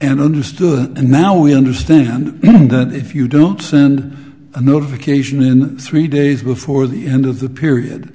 and understood and now we understand that if you don't send a notification in three days before the end of the period